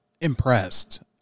impressed